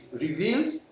revealed